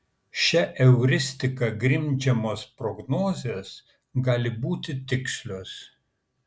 šia euristika grindžiamos prognozės gali būti tikslios